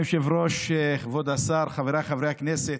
אדוני היושב-ראש, כבוד השר, חבריי חברי הכנסת,